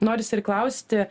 norisi ir klausti